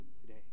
today